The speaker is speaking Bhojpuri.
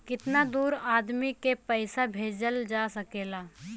कितना दूर आदमी के पैसा भेजल जा सकला?